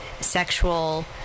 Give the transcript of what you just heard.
sexual